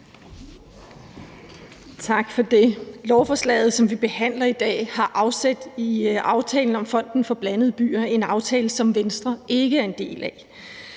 Tak for det. Lovforslaget, som vi behandler i dag, har afsæt i aftalen om fonden for blandede byer – en aftale, som Venstre ikke er en del af.